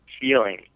feeling